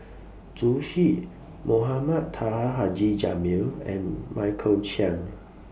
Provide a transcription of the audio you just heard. Zhu Xu Mohamed Taha Haji Jamil and Michael Chiang